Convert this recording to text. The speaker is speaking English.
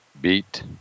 beat